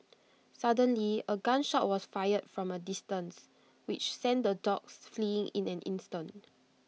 suddenly A gun shot was fired from A distance which sent the dogs fleeing in an instant